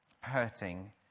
hurting